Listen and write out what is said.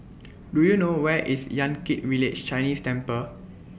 Do YOU know Where IS Yan Kit Village Chinese Temple